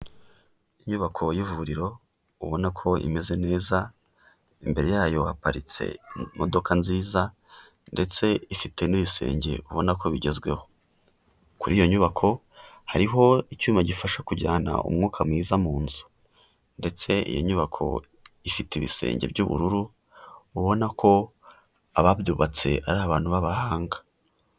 Inyubako y'ivuriro ubona ko imeze neza, imbere yayo haparitse imodoka nziza ndetse ifite n'ibisenge ubona ko bigezweho. Kuri iyo nyubako hariho icyuma gifasha kujyana umwuka mwiza mu nzu ndetse iyo nyubako ifite ibisenge by'ubururu ubona ko ababyubatse ari abantu b'abahanga.